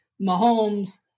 Mahomes